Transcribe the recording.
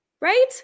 right